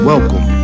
Welcome